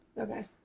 Okay